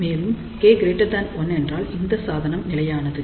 மேலும் K1 என்றால் இந்த சாதனம் நிலையானது